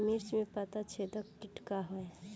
मिर्च में पता छेदक किट का है?